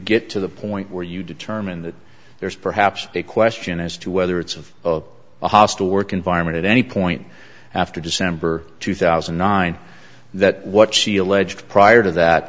get to the point where you determine that there is perhaps a question as to whether it's of a hostile work environment at any point after december two thousand and nine that what she alleged prior to that